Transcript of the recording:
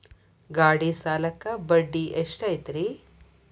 ಗಾಡಿ ಸಾಲಕ್ಕ ಬಡ್ಡಿ ಎಷ್ಟೈತ್ರಿ?